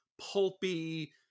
pulpy